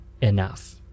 enough